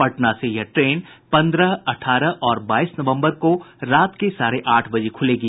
पटना से यह ट्रेन पंद्रह अठारह और बाईस नवंबर को रात के साढ़े आठ बजे खुलेगी